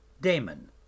Damon